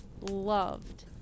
loved